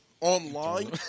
online